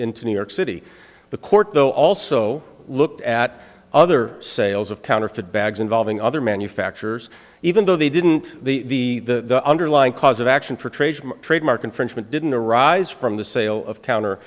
into new york city the court though also looked at other sales of counterfeit bags involving other manufacturers even though they didn't the the underlying cause of action for trading trademark infringement didn't arise from the sale of town or